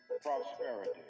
prosperity